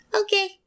Okay